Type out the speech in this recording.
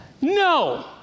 No